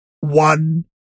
One